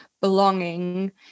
belonging